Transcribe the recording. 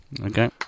Okay